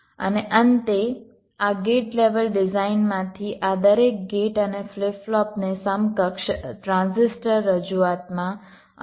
અને અંતે આ ગેટ લેવલ ડિઝાઇનમાંથી આ દરેક ગેટ અને ફ્લિપ ફ્લોપને સમકક્ષ ટ્રાન્ઝિસ્ટર રજૂઆતમાં અનુવાદિત કરી શકાય છે